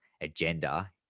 agenda